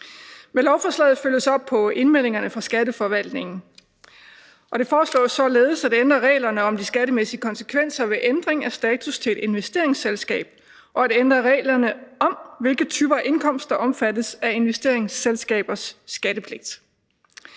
lovforslaget følges der op på indvendingerne fra skatteforvaltningen, og det foreslås således at ændre reglerne om de skattemæssige konsekvenser ved ændring af status til et investeringsselskab og at ændre reglerne om, hvilke typer af indkomst der omfattes af investeringsselskabers skattepligt.